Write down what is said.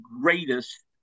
greatest